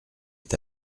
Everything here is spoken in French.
est